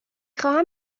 خواهم